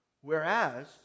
whereas